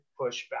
pushback